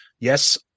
Yes